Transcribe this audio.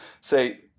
say